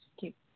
keep